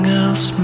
else